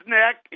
neck